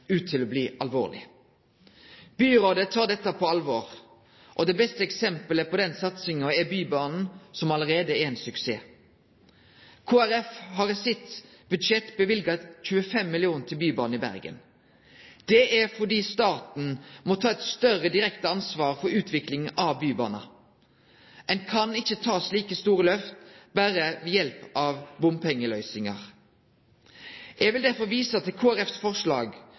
ut til å bli alvorleg. Byrådet tek dette på alvor, og det beste eksemplet på den satsinga er Bybanen, som allereie er ein suksess. Kristeleg Folkeparti har i sitt budsjett løyvd 25 mill. kr til Bybanen i Bergen, fordi staten må ta eit større direkte ansvar for utviklinga av bybaner. Ein kan ikkje ta slike store lyft berre ved hjelp av bompengeløysingar. Eg vil derfor vise til Kristeleg Folkepartis forslag